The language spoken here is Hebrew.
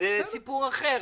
זה סיפור אחר.